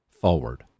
forward